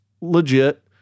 legit